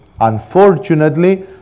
Unfortunately